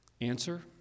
Answer